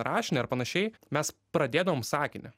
rašinį ar panašiai mes pradėdavom sakinį